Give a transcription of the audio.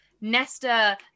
Nesta